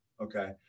okay